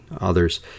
others